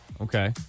Okay